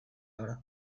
gara